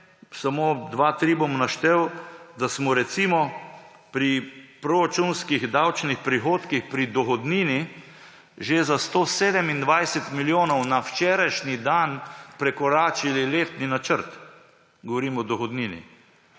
−samo dva, tri bom naštel –, da smo, recimo, pri proračunskih davčnih prihodkih pri dohodnini že za 127 milijonov na včerajšnji dan prekoračili letni načrt. Govorim o dohodnini.